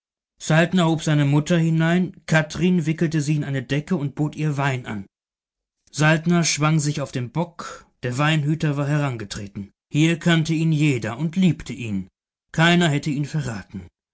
hob seine mutter hinein kathrin wickelte sie in eine decke und bot ihr wein an saltner schwang sich auf den bock der weinhüter war herangetreten hier kannte ihn jeder und liebte ihn keiner hätte ihn verraten